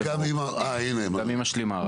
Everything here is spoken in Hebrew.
גם אמא שלי מארחת.